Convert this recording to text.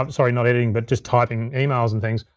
um sorry, not editing, but just typing emails and things,